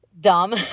dumb